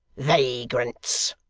vagrants,